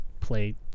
play